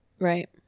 right